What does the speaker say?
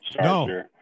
No